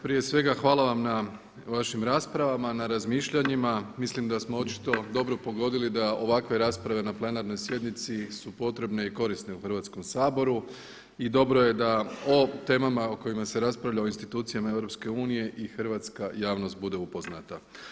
Prije svega hvala vam na vašim raspravama, na razmišljanjima, mislim da smo očito dobro pogodili da ovakve rasprave na plenarnoj sjednici su potrebne i korisne u Hrvatskom saboru i dobro je da o temama o kojima se raspravlja u institucijama EU i hrvatska javnost bude upoznata.